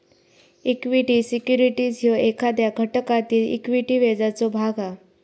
equity securities ह्यो एखाद्या घटकातील इक्विटी व्याजाचो भाग हा